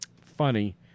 Funny